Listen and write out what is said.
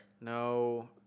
No